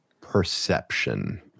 perception